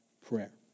prayer